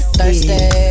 Thursday